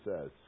says